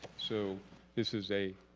so this is a